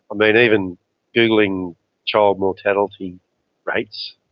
um and even googling child mortality rates,